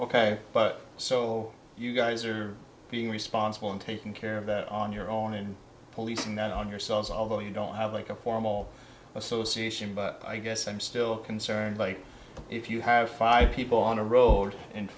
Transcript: ok but so you guys are being responsible in taking care of that on your own and policing that on yourselves although you don't have like a formal association but i guess i'm still concerned like if you have five people on a road and